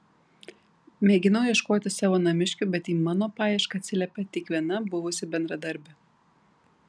mėginau ieškoti savo namiškių bet į mano paiešką atsiliepė tik viena buvusi bendradarbė